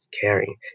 caring